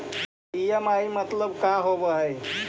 EMI मतलब का होब हइ?